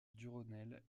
durosnel